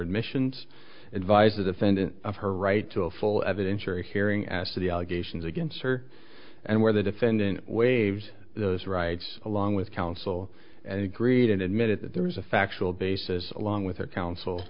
admission and advised the defendant of her right to a full evidentiary hearing as to the allegations against her and where the defendant waives those rights along with counsel and agreed and admitted that there was a factual basis along with her counsel